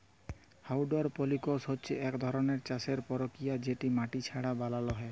hydroponics হছে ইক ধরলের চাষের পরকিরিয়া যেট মাটি ছাড়া বালালো হ্যয়